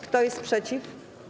Kto jest przeciw?